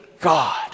God